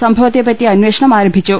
സംഭവത്തെ പറ്റി അന്വേഷണം ആരംഭിച്ചു